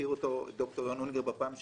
והזכיר אותו דוקטור --- בפעם שעברה,